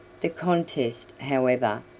the contest, however,